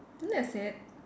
isn't that sad